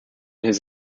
his